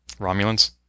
Romulans